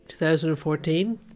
2014